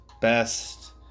best